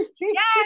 Yes